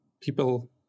people